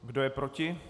Kdo je proti?